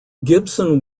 gibson